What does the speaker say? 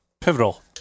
Pivotal